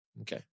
Okay